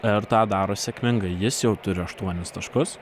ir tą daro sėkmingai jis jau turi aštuonis taškus